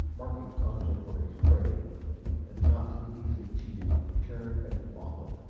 marking concho for his prey and not to be easily cheated, turned and followed.